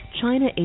China